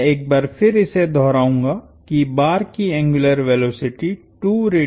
मैं एक बार फिर इसे दोहराऊंगा कि बार की एंग्युलर वेलोसिटीहै